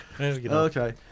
Okay